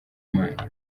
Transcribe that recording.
imana